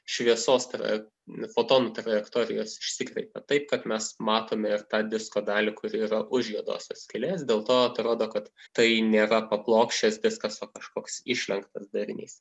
šviesos tai yra fotonų trajektorijos išsikreipia taip kad mes matome ir tą disko dalį kuri yra už juodosios skylės dėl to atrodo kad tai nėra plokščias diskas o kažkoks išlenktas darinys